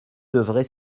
devrait